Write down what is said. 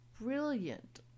brilliant